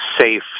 safe